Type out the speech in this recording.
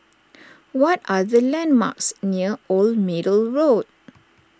what are the landmarks near Old Middle Road